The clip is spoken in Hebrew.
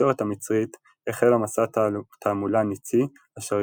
התקשורת המצרית החלה מסע תעמולה ניצי אשר